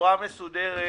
בצורה מסודרת